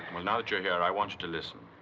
well, now that you're here, i want you to listen.